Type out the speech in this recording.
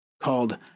called